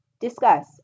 Discuss